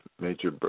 Major